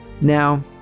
now